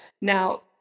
Now